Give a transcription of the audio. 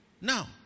Now